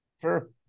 Sure